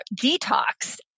detox